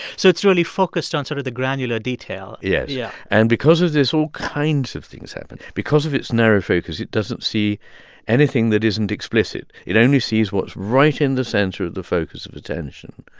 so it's really focused on sort of the granular detail yes yeah and because of this, all kinds of things happen. because of its narrow focus, it doesn't see anything that isn't explicit. it only sees what's right in the center of the focus of attention.